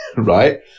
Right